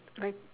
like